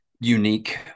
unique